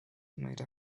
made